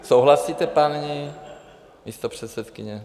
Souhlasíte, paní místopředsedkyně?